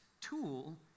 tool